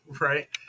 right